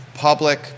public